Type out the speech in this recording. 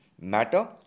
matter